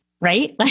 right